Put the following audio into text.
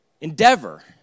endeavor